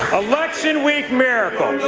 election week miracle.